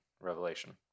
Revelation